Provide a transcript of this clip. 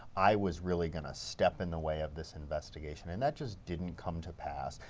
i was really going to step in the way of this investigation. and that just didn't come to pass.